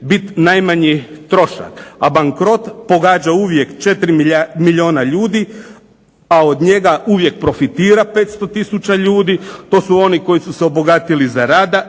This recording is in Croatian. biti najmanji trošak. A bankrot pogađa uvijek 4 milijuna ljudi, a od njega uvijek profitira uvijek 500 tisuća ljudi. To su oni koji su se obogatili za rata